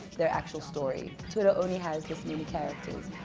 their actual story. twitter only has this many characters.